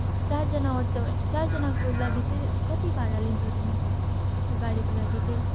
चारजना अँट्छ चारजनाको लागि चाहिँ कति भाडा लिन्छौ तिमी त्यो गाडीको लागि चाहिँ